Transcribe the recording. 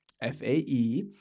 FAE